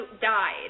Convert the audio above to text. died